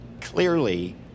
clearly